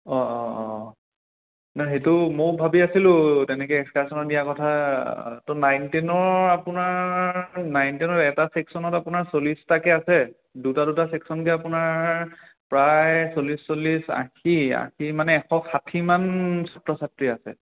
অঁ অঁ অঁ নাই সেইটো ময়ো ভাবি আছিলোঁ তেনেকে এস্কাৰচনত নিয়া কথা ত' নাইন টেনৰ আপোনাৰ নাইন টেনৰ এটা চেক্সনত আপোনাৰ চল্লিছটাকে আছে দুটা দুটা চেক্সনদি আপোনাৰ প্ৰায় চল্লিছ চল্লিছ আশী আশী মানে এশ ষাঠিমান ছাত্ৰ ছাত্ৰী আছে